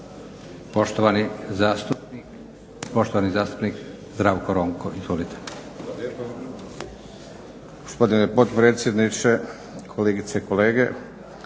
Poštovani zastupnik Zdravko Ronko.